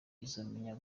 izakomeza